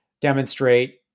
demonstrate